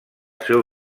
seu